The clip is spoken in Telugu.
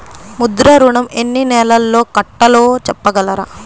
ముద్ర ఋణం ఎన్ని నెలల్లో కట్టలో చెప్పగలరా?